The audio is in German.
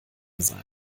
sein